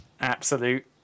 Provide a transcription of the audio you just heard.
absolute